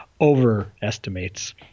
Overestimates